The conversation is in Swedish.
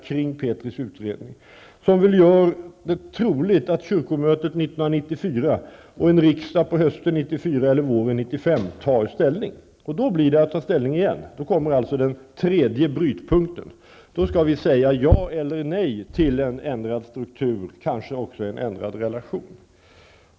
Därmed är det troligt att kyrkomötet 1994 och riksdagen hösten 1994 eller våren 1995 återigen tar ställning. Där har vi alltså den tredje brytpunkten. Då skall vi säga ja eller nej till en ändrad struktur och kanske också till en ändrad relation.